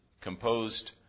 composed